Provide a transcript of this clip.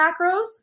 macros